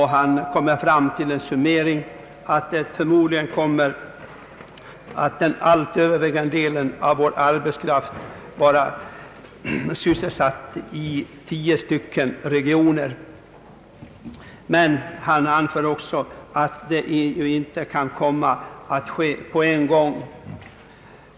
Han kom fram till den summeringen att den allt övervägande delen av vår arbetskraft förmodligen kommer att vara sysselsatt inom tio regioner. Men han anför också att denna utveckling inte kan komma att ske på en gång.